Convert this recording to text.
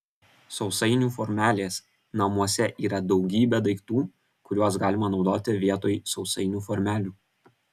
sausainių formelės namuose yra daugybė daiktų kuriuos galima naudoti vietoj sausainių formelių